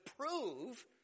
prove